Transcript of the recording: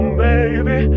baby